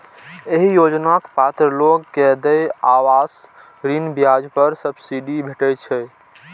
एहि योजनाक पात्र लोग कें देय आवास ऋण ब्याज पर सब्सिडी भेटै छै